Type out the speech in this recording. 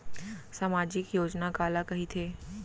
सामाजिक योजना काला कहिथे?